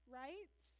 right